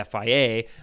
FIA